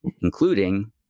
including